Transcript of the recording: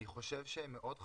אני חושב שמאוד חשוב,